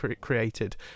created